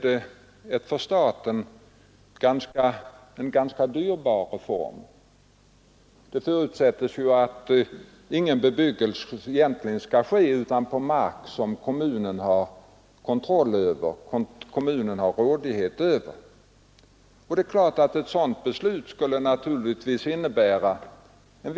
Vi kan också konstatera att situationen i dag är sådan att hälften av landets lägenheter är yngre än 25 år. Vi har byggt bort den värsta bostadsbristen, och vi har kommit till rätta med mycket av den gamla trångboddheten.